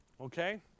Okay